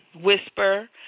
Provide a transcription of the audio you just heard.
Whisper